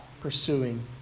pursuing